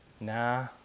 Nah